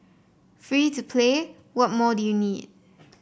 free to play what more do you need